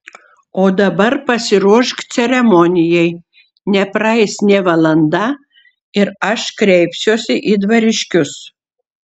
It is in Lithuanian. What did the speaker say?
o dabar pasiruošk ceremonijai nepraeis nė valanda ir aš kreipsiuosi į dvariškius